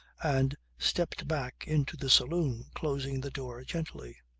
and stepped back into the saloon closing the door gently.